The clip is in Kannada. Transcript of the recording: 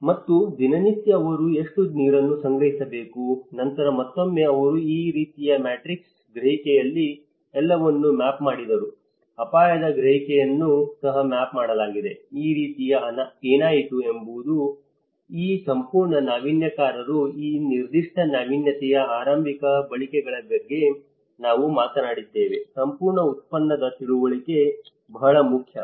ಮತ್ತು ದಿನನಿತ್ಯ ಅವರು ಎಷ್ಟು ನೀರನ್ನು ಸಂಗ್ರಹಿಸಬೇಕು ನಂತರ ಮತ್ತೊಮ್ಮೆ ಅವರು ಈ ರೀತಿಯ ಮ್ಯಾಟ್ರಿಕ್ಸ್ ಗ್ರಹಿಕೆಯಲ್ಲಿ ಎಲ್ಲವನ್ನೂ ಮ್ಯಾಪ್ ಮಾಡಿದರು ಅಪಾಯದ ಗ್ರಹಿಕೆಯನ್ನು ಸಹ ಮ್ಯಾಪ್ ಮಾಡಲಾಗಿದೆ ಆ ರೀತಿಯಲ್ಲಿ ಏನಾಯಿತು ಎಂಬುದು ಈ ಸಂಪೂರ್ಣ ನಾವೀನ್ಯಕಾರರು ಆ ನಿರ್ದಿಷ್ಟ ನಾವೀನ್ಯತೆಯ ಆರಂಭಿಕ ಬಳಕೆಗಳ ಬಗ್ಗೆ ನಾವು ಮಾತನಾಡಿದ್ದೇವೆ ಸಂಪೂರ್ಣ ಉತ್ಪನ್ನದ ತಿಳುವಳಿಕೆ ಬಹಳ ಮುಖ್ಯ